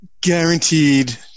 guaranteed